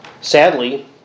Sadly